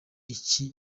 iki